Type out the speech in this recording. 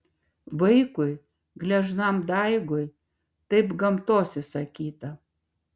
vaikui gležnam daigui taip gamtos įsakyta